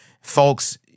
Folks